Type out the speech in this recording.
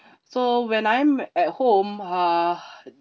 so when I'm at home ah